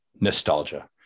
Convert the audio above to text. nostalgia